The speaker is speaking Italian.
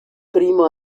primo